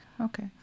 Okay